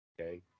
Okay